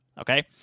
Okay